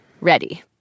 Ready